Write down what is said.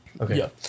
Okay